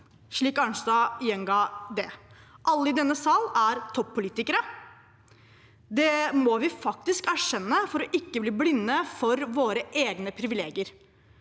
slik Arnstad gjenga det. Alle i denne sal er topppolitikere. Det må vi faktisk erkjenne for ikke å bli blinde for våre egne privilegier,